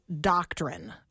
doctrine